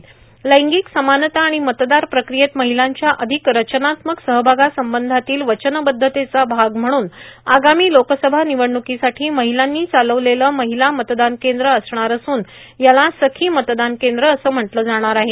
र्लागक समानता आंगण मतदार प्रक्रियेत र्माहलांच्या आंधक रचनात्मक सहभागासंबंधातील वचनबद्धतेचा भाग म्हणून आगामी लोकसभा निवडणुकासाठी र्माहलांनी चार्लावलेले र्माहला मतदान कद्र असणार असून याला ंसखी मतदान कद्रअसं म्हटलं जाणार आहे